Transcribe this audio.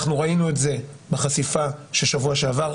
אנחנו ראינו את זה בחשיפה בשבוע שעבר,